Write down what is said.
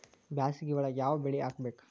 ಬ್ಯಾಸಗಿ ಒಳಗ ಯಾವ ಬೆಳಿ ಹಾಕಬೇಕು?